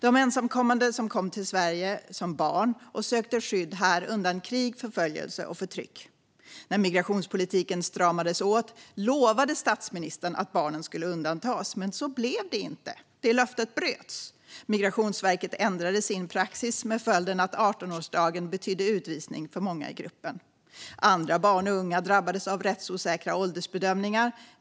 De ensamkommande kom till Sverige som barn och sökte skydd här undan krig, förföljelse och förtryck. När migrationspolitiken stramades åt lovade statsministern att barnen skulle undantas. Men så blev det inte. Det löftet bröts. Migrationsverket ändrade sin praxis, med följden att 18-årsdagen betydde utvisning för många i gruppen. Andra barn och unga drabbas av rättsosäkra åldersbedömningar.